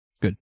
Good